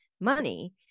money